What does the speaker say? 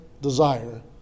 desire